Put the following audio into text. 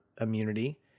immunity